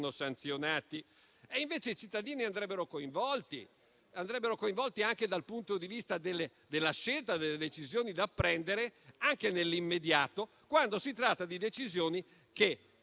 sanzionato. Invece i cittadini andrebbero coinvolti, anche dal punto di vista della scelta delle decisioni da prendere, anche nell'immediato, quando si tratta di decisioni che